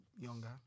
younger